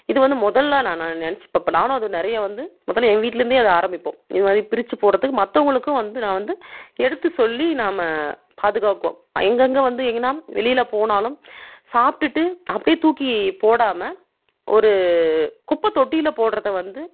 இது வந்து முதல்லலா நான் நினச்சி பார்ப்பேன் நான் அதுவும் நிறையா வந்து முதல்ல எங்கள் வீட்டிலேந்தே அதை ஆரம்பிப்போம் இது மாதிரி பிரிச்சு போடறதுக்கு மற்றவங்களுக்கும் வந்து நான் வந்து எடுத்து சொல்லி நாம் பாதுகாப்போம் எங்கெங்கே வந்து எங்கெனா வெளியில் போனாலும் சாப்டிட்டு அப்படியே தூக்கி போடாமல் ஒரு குப்பை தொட்டியில் போடுறத வந்து